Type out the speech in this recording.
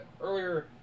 earlier